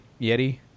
Yeti